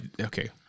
Okay